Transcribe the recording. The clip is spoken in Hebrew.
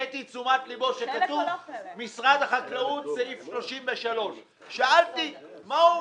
הפניתי את תשומת ליבו שכתוב "משרד החקלאות סעיף 33". שאלתי מה הוא